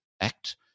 act